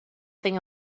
thing